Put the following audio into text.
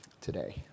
today